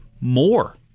more